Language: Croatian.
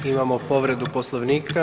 Imamo povredu Poslovnika.